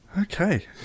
Okay